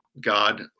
God